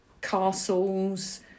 castles